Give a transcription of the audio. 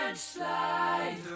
slide